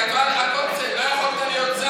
לא יכולת להיות שר.